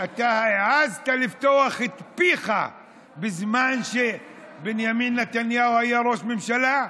אתה העזת לפתוח את פיך בזמן שבנימין נתניהו היה ראש ממשלה?